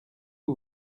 que